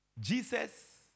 Jesus